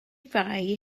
fai